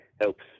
helps